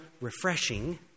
refreshing